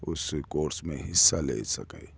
اس course میں حصہ لے سکے